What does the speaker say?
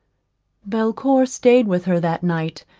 belcour staid with her that night,